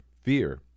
fear